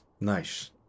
nice